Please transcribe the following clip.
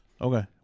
Okay